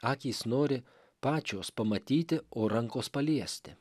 akys nori pačios pamatyti o rankos paliesti